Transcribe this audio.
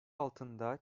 altında